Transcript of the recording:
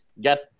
get